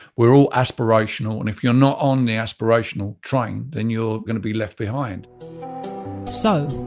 we're all aspirational and if you're not on the aspirational train then you're going to be left behind so.